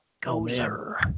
Gozer